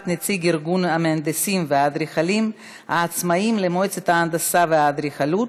נציג ארגון המהנדסים והאדריכלים העצמאיים למועצת ההנדסה והאדריכלות),